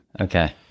Okay